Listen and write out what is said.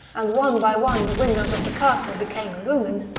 and one by one the windows of the castle became illumined,